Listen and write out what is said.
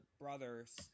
brothers